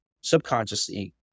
subconsciously